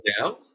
down